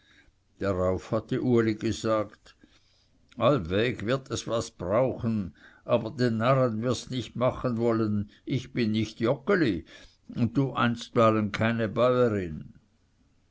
darauf hatte uli gesagt allweg wird es was brauchen aber den narren wirst nicht machen wollen ich bin nicht joggeli und du einstweilen keine bäuerin